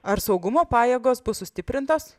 ar saugumo pajėgos bus sustiprintos